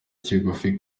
kigufi